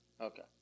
okay